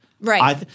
Right